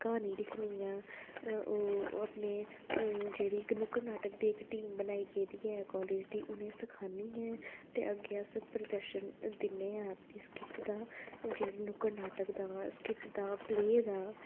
क्हानी लिखनी आं ओह् अपने अम्म जेह्ड़ी इक नुक्कड़ नाटक दी इक टीम बनाई गेदी ऐ कालेज दी उ'नें ई सखान्नी ऐं ते अग्गे अस प्रदर्शन दिन्ने आं अपनी स्किट दा जेह्ड़े नुक्कड़ नाटक दा स्किट दा प्ले दा